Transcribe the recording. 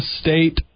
State